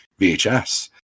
vhs